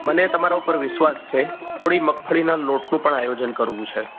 મને તમારા ઉપર વિશ્વાસ છે થોડી મગફળીના લોટનું પણ આયોજન કરવું છે